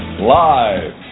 live